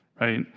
right